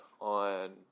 on